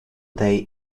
day